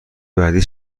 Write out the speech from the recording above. بعدی